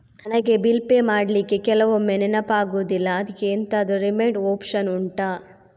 ನನಗೆ bill pay ಮಾಡ್ಲಿಕ್ಕೆ ಕೆಲವೊಮ್ಮೆ ನೆನಪಾಗುದಿಲ್ಲ ಅದ್ಕೆ ಎಂತಾದ್ರೂ ರಿಮೈಂಡ್ ಒಪ್ಶನ್ ಉಂಟಾ